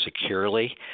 securely